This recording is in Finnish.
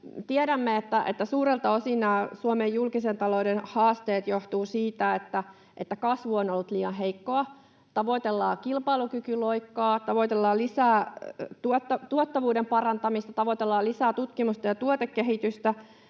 Tiedämme, että suurelta osin Suomen julkisen talouden haasteet johtuvat siitä, että kasvu on ollut liian heikkoa. Tavoitellaan kilpailukykyloikkaa, tavoitellaan lisää tuottavuuden parantamista, tavoitellaan lisää tutkimusta ja tuotekehitystä,